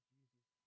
Jesus